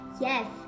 Yes